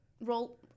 roll